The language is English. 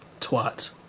Twat